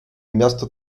miasto